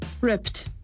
Ripped